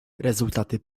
rezultaty